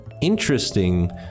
interesting